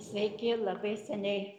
sveiki labai seniai